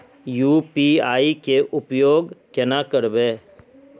UPI के उपयोग केना करबे?